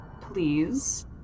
please